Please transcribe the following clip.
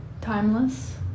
Timeless